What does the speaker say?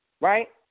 Right